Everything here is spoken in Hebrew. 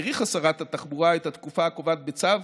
האריכה שרת התחבורה את התקופה הקובעת בצו,